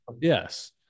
Yes